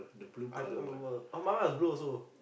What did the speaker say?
I don't I don't remember oh my one was blue also